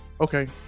okay